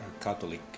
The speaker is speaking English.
Catholic